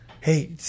hey